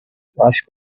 flash